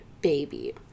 baby